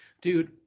dude